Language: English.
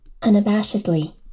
Unabashedly